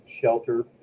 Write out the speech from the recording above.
shelter